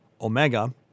Omega